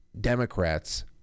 Democrats